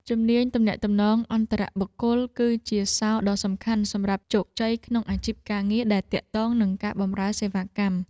ជំនាញទំនាក់ទំនងអន្តរបុគ្គល គឺជាសោរដ៏សំខាន់សម្រាប់ជោគជ័យក្នុងអាជីពការងារដែលទាក់ទងនឹងការបម្រើសេវាកម្ម។